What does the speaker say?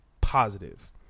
positive